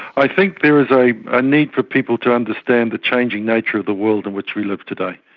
i think there is a ah need for people to understand the changing nature of the world in which we live today.